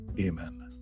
amen